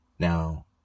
Now